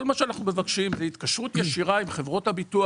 כל מה שאנחנו מבקשים זאת התקשרות ישירה עם חברות הביטוח